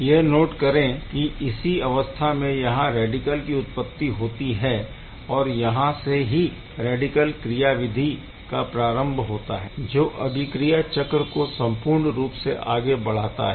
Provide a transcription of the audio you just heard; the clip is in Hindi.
यह नोट करें की इसी अवस्था में यहाँ रैडिकल की उत्पत्ति होती है और यहाँ से ही रैडिकल क्रियाविधि का प्रारम्भ होता है जो अभिक्रिया चक्र को संपूर्ण रूप से आगे बढ़ाता है